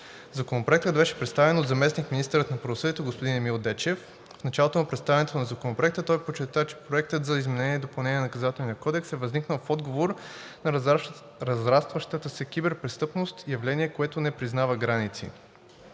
Законопроектът беше представен от заместник-министъра на правосъдието господин Емил Дечев. В началото на представянето на Законопроекта той подчерта, че Проектът за изменение и допълнение на Наказателния кодекс е възникнал в отговор на разрастващата се киберпрестъпност – явление, което не признава граници.